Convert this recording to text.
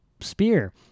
spear